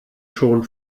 schon